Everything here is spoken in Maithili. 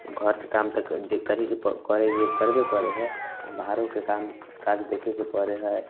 घरके काम तऽ जे करहेके पड़बै करबे करए हय आ बाहरोके काम काज देखेके पड़े हय